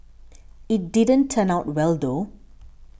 it didn't turn out well though